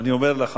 ואני אומר לך,